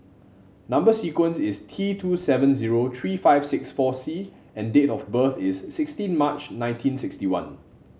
number sequence is T two seven zero three five six four C and date of birth is sixteen March nineteen sixty one